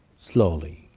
slowly,